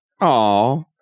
Aw